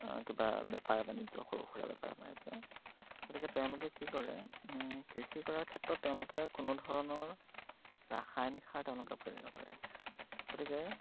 কিবা বেপাৰ বাণিজ্য সৰু সুৰা বেপাৰ বাণিজ্য গতিকে তেওঁলোকে কি কৰে কৃষি কৰাৰ ক্ষেত্ৰত তেওঁলোকে কোনো ধৰণৰ ৰাসায়নিক সাৰ তেওঁলোকে প্ৰয়োগ নকৰে গতিকে